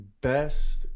Best